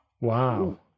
Wow